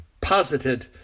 Posited